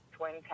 Twin